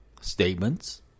statements